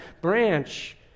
branch